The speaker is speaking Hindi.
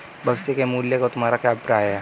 भविष्य के मूल्य से तुम्हारा क्या अभिप्राय है?